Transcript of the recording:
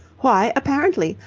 why apparently?